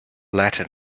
latin